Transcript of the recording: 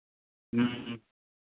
ह्म्म